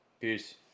Peace